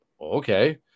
okay